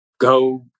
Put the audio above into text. go